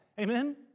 Amen